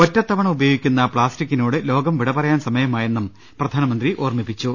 ഒറ്റത്തവണ ഉപയോഗിക്കുന്ന പ്ലാസ്റ്റിക്കിനോട് ലോകം വിടപറ യാൻ സമയമായെന്നും പ്രധാനമന്ത്രി ഓർമ്മിപ്പിച്ചു